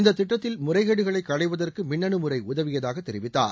இந்த திட்டத்தில் முறைகேடுகளை களைவததற்கு மின்னணுமுறை உதவியதாக தெரிவித்தார்